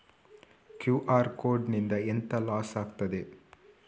QR code ನಿಂದ ಎಂತ loss ಆಗ್ತದೆ?